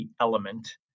element